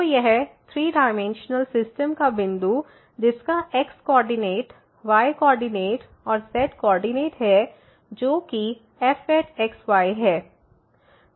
तो यह 3 dimensional system का बिंदु जिसका x कोऑर्डिनेट y कोऑर्डिनेट और z कोऑर्डिनेट है जो कि fx y है